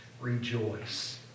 Rejoice